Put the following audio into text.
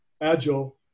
Agile